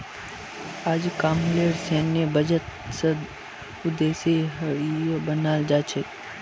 अजकामलेर सैन्य बजट स स्वदेशी हथियारो बनाल जा छेक